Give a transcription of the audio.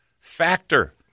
factor